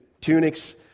tunics